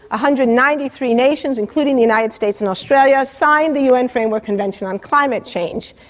hundred and ninety three nations, including the united states and australia, signed the un framework convention on climate change,